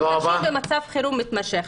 הן פשוט במצב חירום מתמשך.